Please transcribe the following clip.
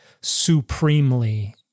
supremely